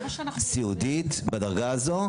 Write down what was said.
סיעודית בדרגה הזו,